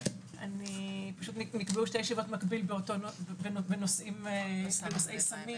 פשוט נקבעו שתי ישיבות במקביל בנושאי סמים,